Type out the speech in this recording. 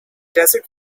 desert